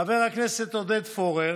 חבר הכנסת עודד פורר,